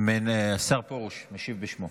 השר פרוש משיב בשמו.